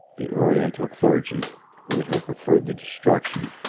the oriental clergy who would have preferred the destruction,